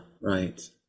right